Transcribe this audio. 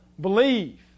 believe